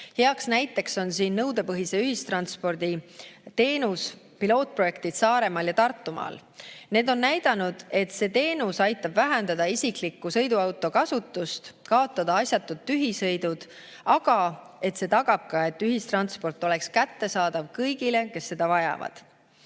Heaks näiteks on siin nõudepõhise ühistransporditeenuse pilootprojektid Saaremaal ja Tartumaal. Need on näidanud, et see teenus aitab vähendada isikliku sõiduauto kasutamist ja kaotada asjatud tühisõidud, aga see aitab ka tagada, et ühistransport oleks kättesaadav kõigile, kes seda vajavad.